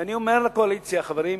ואני אומר לקואליציה: חברים,